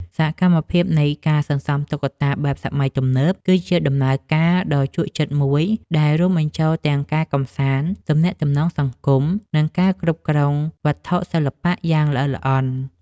សកម្មភាពនៃការសន្សំតុក្កតាបែបសម័យទំនើប គឺជាដំណើរការដ៏ជក់ចិត្តមួយដែលរួមបញ្ចូលទាំងការកម្សាន្ត ទំនាក់ទំនងសង្គម និងការគ្រប់គ្រងវត្ថុសិល្បៈយ៉ាងល្អិតល្អន់។